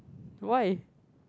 why